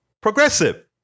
progressive